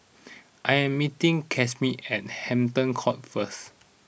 I am meeting Casimer at Hampton Court first